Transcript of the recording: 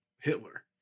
Hitler